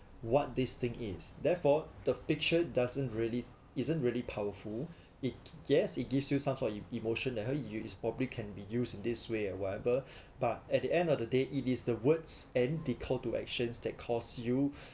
what this thing is therefore the picture doesn't really isn't really powerful it yes it gives you some sort e~ emotion that is probably can be used in this way or whatever but at the end of the day it is the words and the call to action that calls you